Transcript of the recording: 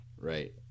Right